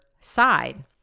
side